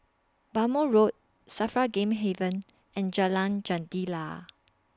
Bhamo Road SAFRA Game Haven and Jalan Jendela